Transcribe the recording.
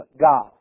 God